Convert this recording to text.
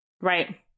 Right